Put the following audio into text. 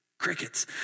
crickets